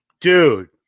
Dude